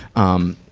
um,